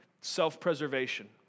self-preservation